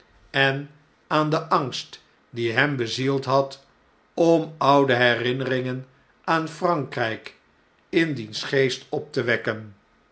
en aan den angst die hem bezield had om oude herinneringen aan frankrijk in diens geest op te wekken